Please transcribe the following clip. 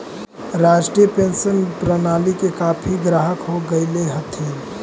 राष्ट्रीय पेंशन प्रणाली के काफी ग्राहक हो गेले हथिन